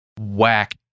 whack